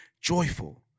joyful